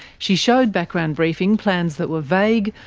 she showed background briefing plans that were vague,